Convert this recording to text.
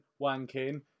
wanking